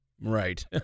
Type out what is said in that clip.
right